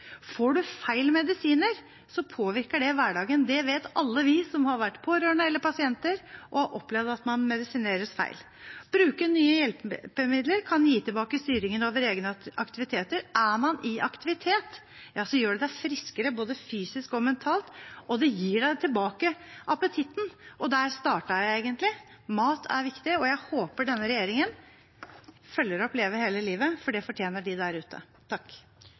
Får man feil medisiner, påvirker det hverdagen. Det vet alle vi som har vært pårørende eller pasienter og som har opplevd at man medisineres feil. Å bruke nye hjelpemidler kan gi en tilbake styringen over egne aktiviteter. Er man i aktivitet, gjør det deg friskere, både fysisk og mentalt, og det gir deg appetitten tilbake. Og det var der jeg startet: Mat er viktig, og jeg håper denne regjeringen følger opp Leve hele livet, for det fortjener de der ute.